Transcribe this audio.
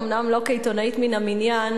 אומנם לא כעיתונאית מן המניין,